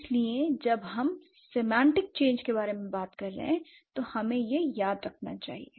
इसलिए जब हमें सेमांटिक चेंज के बारे में बात करें तो हमें यह याद रखना चाहिए